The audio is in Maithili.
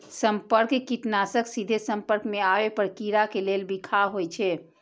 संपर्क कीटनाशक सीधे संपर्क मे आबै पर कीड़ा के लेल बिखाह होइ छै